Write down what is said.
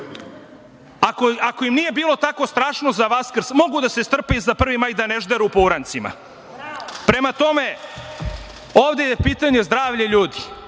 ako im nije bilo tako strašno za Vaskrs mogu da se strpe i za 1. maj i da ne žderu po urancima. Prema tome, ovde je pitanje zdravlja ljudi.